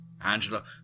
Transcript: Angela